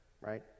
right